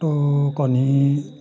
টো কণী